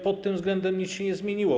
Pod tym względem nic się nie zmieniło.